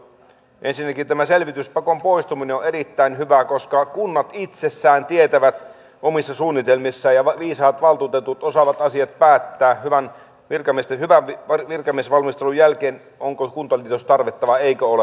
ensinnäkin tämä selvityspakon poistuminen on erittäin hyvä koska kunnat itsessään tietävät omissa suunnitelmissaan ja viisaat valtuutetut osaavat päättää hyvän virkamiesvalmistelun jälkeen onko kuntaliitostarvetta vai eikö ole